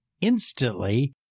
instantly